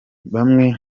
bamwe